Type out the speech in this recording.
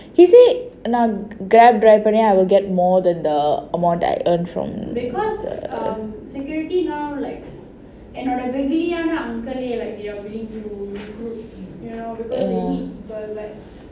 he say நான்:naan Grab driver I will get more than the amount I earn from the ya